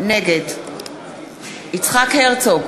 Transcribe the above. נגד יצחק הרצוג,